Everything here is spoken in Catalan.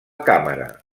càmera